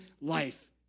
life